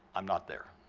i'm not there.